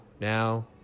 now